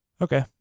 Okay